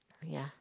ya